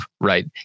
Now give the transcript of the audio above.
right